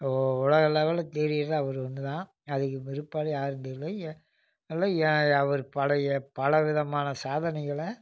உ உலக லெவலில் தெரிகிறது அவர் ஒன்று தான் அதுக்கு பிற்பாடு யாரும் தெரியலை எல்லாம் ஏ அவர் பழைய பல விதமான சாதனைகளை